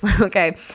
Okay